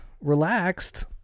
relaxed